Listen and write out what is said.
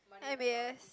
M_A_S